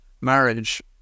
marriage